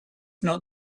not